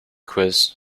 quiz